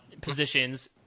positions